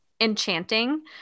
enchanting